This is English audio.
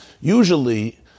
Usually